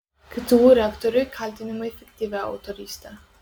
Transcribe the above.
ktu rektoriui kaltinimai fiktyvia autoryste